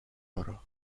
oro